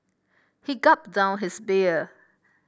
he gulped down his beer